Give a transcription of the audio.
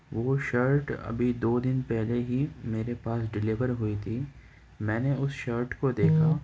وہ شرٹ ابھی دو دن پہلے ہی میرے پاس ڈیلیور ہوئی تھی میں نے اس شرٹ کو دیکھا